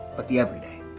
but the everyday,